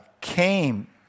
came